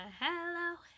Hello